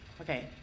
Okay